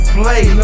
play